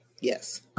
yes